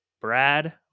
Brad